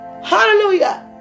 Hallelujah